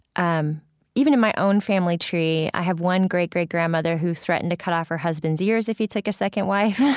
um even in my own family tree, i have one great-great-grandmother who threatened to cut off her husband's ears if he took a second wife.